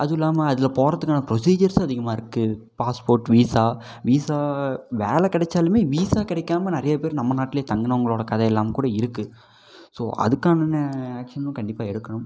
அதுவும் இல்லாமல் அதில் போகிறதுக்கான ப்ரொசீஜர்ஸ் அதிகமாக இருக்கு பாஸ்போர்ட் வீசா வீசா வேலை கிடைச்சாலுமே வீசா கிடைக்காம நிறைய பேர் நம்ம நாட்லேயே தங்கினவங்களோட கதையெல்லாம் கூட இருக்கு ஸோ அதுக்கான ஆக்ஷனும் கண்டிப்பாக எடுக்கணும்